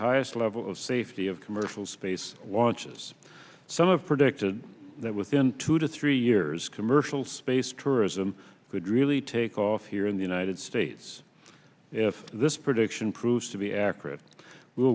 highest level of safety of commercial space launches some of predicted that within two to three years commercial space tourism could really take off here in the united states if this prediction proved to be accurate